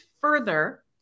further